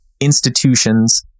institutions